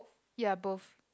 ya both